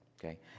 Okay